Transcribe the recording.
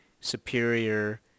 superior